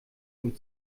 dem